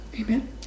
amen